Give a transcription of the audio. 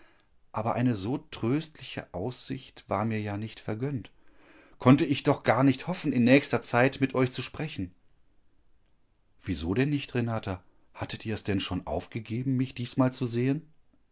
aber eine so tröstliche aussicht war mir ja nicht vergönnt konnte ich doch gar nicht hoffen in nächster zeit mit euch zu sprechen wieso denn nicht renata hattet ihr es denn schon aufgegeben mich diesmal zu sehen